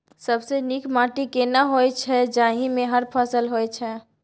सबसे नीक माटी केना होय छै, जाहि मे हर फसल होय छै?